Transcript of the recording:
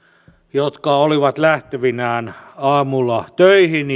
jotka olivat lähtevinään aamulla töihin